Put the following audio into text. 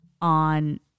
on